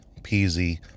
peasy